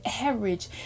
average